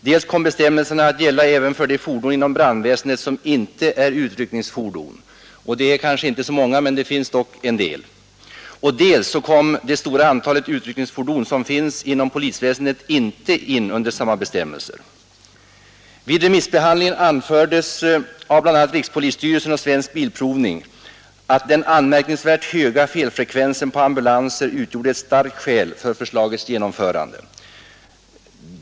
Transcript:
Dels kom bestämmelserna att gälla även för de fordon inom brandväsendet som inte är utryckningsfordon — de är inte så många, men det finns sådana — dels kom det stora antal utryckningsfordon som finns inom polisväsendet inte in under Vid remissbehandlingen anfördes av bl a. rikspolisstyrelsen och Svensk bilprovning att den anmärkningsvärt höga felfrekvensen på ambulanser utgjorde ett starkt skäl för förslagets genomförande.